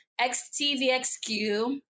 XTVXQ